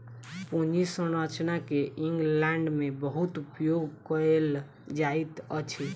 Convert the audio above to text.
पूंजी संरचना के इंग्लैंड में बहुत उपयोग कएल जाइत अछि